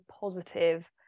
positive